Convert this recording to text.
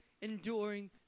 enduring